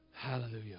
Hallelujah